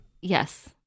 Yes